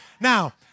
Now